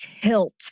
tilt